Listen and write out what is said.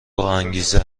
باانگیزه